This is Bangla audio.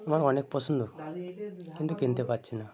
আমার অনেক পছন্দ কিন্তু কিনতে পারছি না